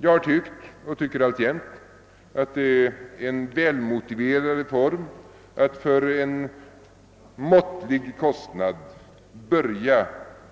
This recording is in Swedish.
Jag har tyckt och tycker alltjämt att det är en välmotiverad reform att för en måttlig kostnad börja